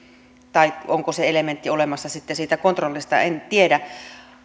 tai onko se elementti olemassa sitten siitä kontrollista en tiedä